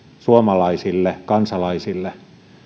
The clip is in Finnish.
suomalaisille kansalaisille